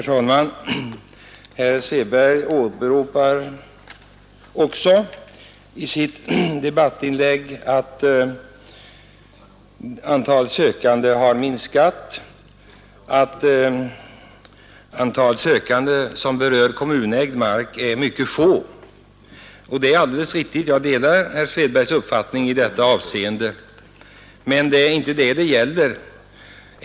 Herr talman! Herr Svedberg åberopar i sitt debattinlägg att antalet sökande i ärenden som berör kommunägd mark har minskat och är mycket litet. Det är alldeles riktigt; jag delar herr Svedbergs uppfattning i detta avseende. Men det är inte det det gäller.